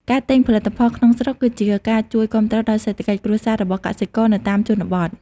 ការទិញផលិតផលក្នុងស្រុកគឺជាការជួយគាំទ្រដល់សេដ្ឋកិច្ចគ្រួសាររបស់កសិករនៅតាមជនបទ។